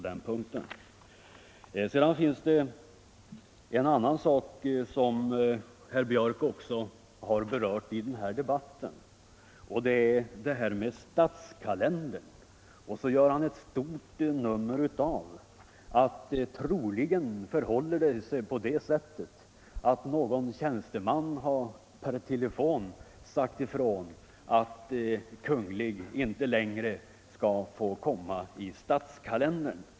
Herr Björck berörde också statskalendern, och han gjorde ett stort nummer av att det troligen förhåller sig på det sättet att någon tjänsteman per telefon har sagt ifrån att ordet Kunglig inte längre skall få komma in i statskalendern.